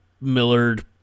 Millard